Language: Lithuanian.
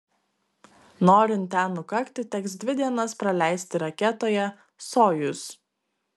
norint ten nukakti teks dvi dienas praleisti raketoje sojuz